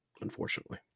unfortunately